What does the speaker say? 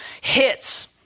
hits